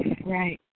Right